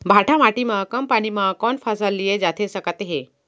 भांठा माटी मा कम पानी मा कौन फसल लिए जाथे सकत हे?